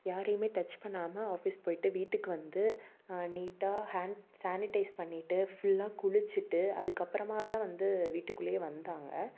யாரையுமே டச் பண்ணாமல் ஆஃபிஸ் போய்விட்டு வீட்டுக்கு வந்து நீட்டாக ஹேண்ட் சேனிடைஸ் பண்ணிட்டு ஃபுல்லாக குளித்துட்டு அதுக்கப்புறமா தான் வந்து வீட்டுக்குள்ளேயே வந்தாங்க